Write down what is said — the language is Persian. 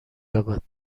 یابد